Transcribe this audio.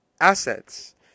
assets